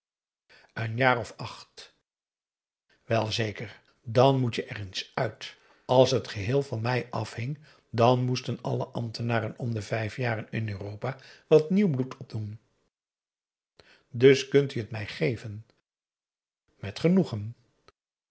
wel zeker dan moet je er eens uit als het geheel van mij afhing dan moesten alle ambtenaren om de vijf jaren in europa wat nieuw bloed opdoen dus kunt u het mij geven met genoegen